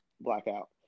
Blackout